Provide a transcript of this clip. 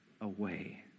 away